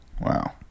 Wow